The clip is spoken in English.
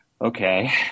okay